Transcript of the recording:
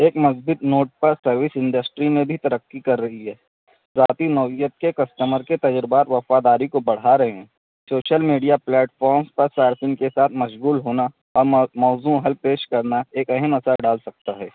ایک مثبت نوٹ پر سروس انڈسٹری میں بھی ترقی کر رہی ہے ذاتی نوعیت کے کسٹمر کے تجربات وفاداری کو بڑھا رہے ہیں سوشل میڈیا پلیٹ فام پر صارفین کے ساتھ مشغول ہونا اور مو موزوں حل پیش کرنا ایک اہم اثر ڈال سکتا ہے